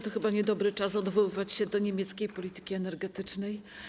To chyba niedobry czas, by odwoływać się do niemieckiej polityki energetycznej.